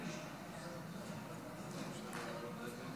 אדוני, עשר דקות